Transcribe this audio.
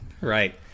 right